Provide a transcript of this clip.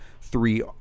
three